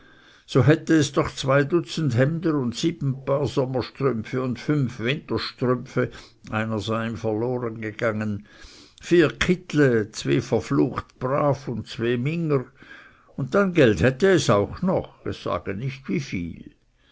so hätte es doch zwei dutzend hemder und sieben paar sommerstrümpfe und fünf winterstrümpfe einer sei ihm verloren gegangen vier kittle zwe verfluecht brav und zwe minger und dann geld hätte es auch noch es sage nicht wieviel